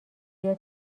بیا